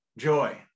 Joy